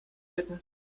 bitten